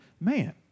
man